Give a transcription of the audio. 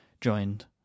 joined